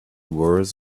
worse